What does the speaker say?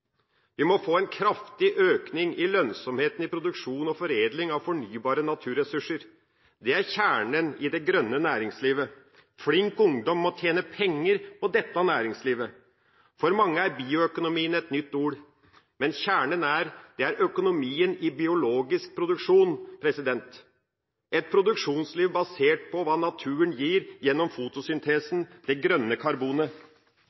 Vi må få en kraftig økning i lønnsomheten i produksjon og foredling av fornybare naturressurser. Det er kjernen i det grønne næringslivet. Flink ungdom må tjene penger på dette næringslivet. For mange er bioøkonomien et nytt ord, men kjernen er at det er økonomien i biologisk produksjon – et produksjonsliv basert på hva naturen gir gjennom